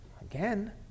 again